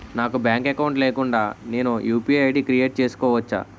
నాకు bank account లేకుండా నేను యు.పి.ఐ ఐ.డి క్రియేట్ చేసుకోవచ్చా?